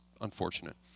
unfortunate